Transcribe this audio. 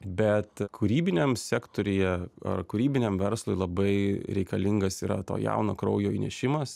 bet kūrybiniam sektoriuje ar kūrybiniam verslui labai reikalingas yra to jauno kraujo įnešimas